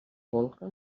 bolca